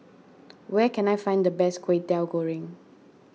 where can I find the best Kway Teow Goreng